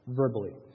verbally